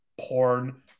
porn